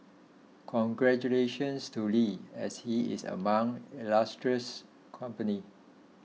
congratulations to Lee as he is among illustrious company